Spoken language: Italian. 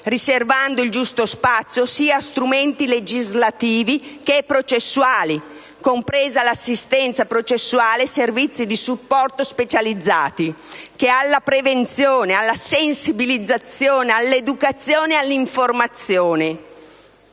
riservando il giusto spazio sia a strumenti legislativi che processuali, compresa l'assistenza processuale e i servizi di supporto specializzati, nonché alla prevenzione, alla sensibilizzazione, all'educazione e all'informazione.